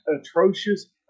atrocious